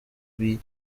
bubi